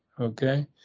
okay